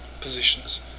positions